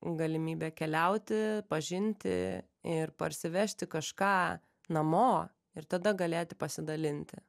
galimybė keliauti pažinti ir parsivežti kažką namo ir tada galėti pasidalinti